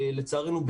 לצערנו,